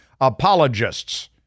apologists